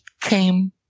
came